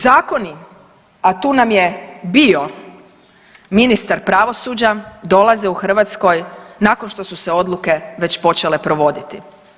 Zakoni, a tu nam je bio ministar pravosuđa, dolaze u Hrvatskoj nakon što su se odluke već počele provoditi.